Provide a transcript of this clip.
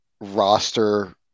roster –